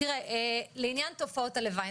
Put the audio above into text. לעניין תופעות הלוואי,